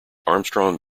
armstrong